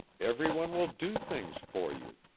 every one will do things for you.